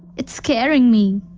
it's scaring me.